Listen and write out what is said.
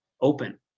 open